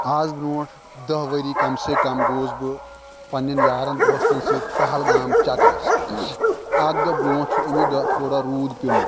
اَز برونٛٹھ دہ ؤری کَم سے کَم گووُس بہٕ پنٛنٮ۪ن یارَن دوستَن سۭتۍ پَہلگام چَکرَس اَکھ دۄہ برونٛٹھ چھُ أمی دۄہ تھوڑا روٗد پیٚومُت